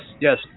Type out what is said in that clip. yes